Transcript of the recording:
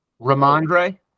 Ramondre